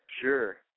Sure